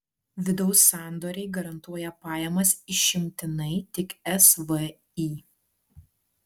vidaus sandoriai garantuoja pajamas išimtinai tik svį